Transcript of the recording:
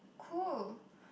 cool